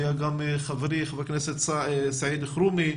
היה גם חברי חבר הכנסת סעיד אלחרומי.